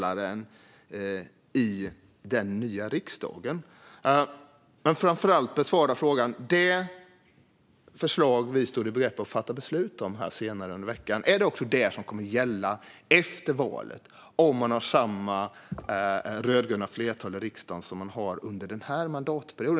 Framför allt önskar jag att Alireza Akhondi besvarar frågan: Är det förslag vi står i begrepp att fatta beslut om här senare under veckan också det som kommer att gälla efter valet om man har samma rödgröna flertal i riksdagen som under den här mandatperioden?